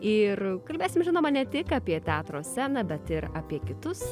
ir kalbėsim žinoma ne tik apie teatro sceną bet ir apie kitus